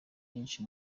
nyinshi